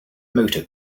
motor